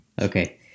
Okay